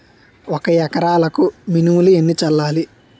ఒక ఎకరాలకు మినువులు ఎన్ని చల్లాలి?